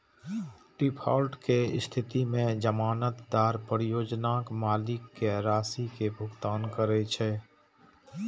default के स्थिति मे जमानतदार परियोजना मालिक कें राशि के भुगतान करै छै